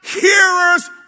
hearers